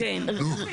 כן, כן.